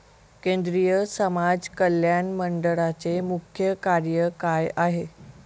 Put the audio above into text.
केंद्रिय समाज कल्याण मंडळाचे मुख्य कार्य काय आहे?